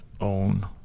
own